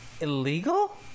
illegal